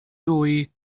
doi